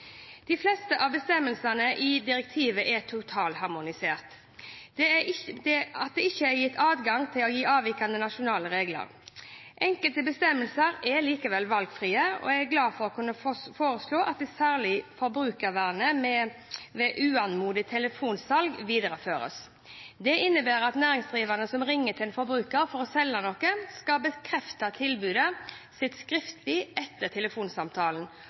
De fleste av bestemmelsene i direktivet er totalharmonisert, dvs. at det ikke er gitt adgang til å gi avvikende nasjonale regler. Enkelte bestemmelser er likevel valgfrie, og jeg er glad for å kunne foreslå at det særlige forbrukervernet ved uanmodet telefonsalg videreføres. Det innebærer at næringsdrivende som ringer til en forbruker for å selge noe, skal bekrefte tilbudet sitt skriftlig etter telefonsamtalen,